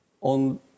on